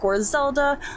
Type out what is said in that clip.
Zelda